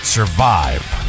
Survive